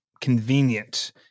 convenient